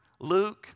Luke